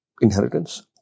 inheritance